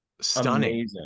stunning